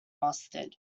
mustard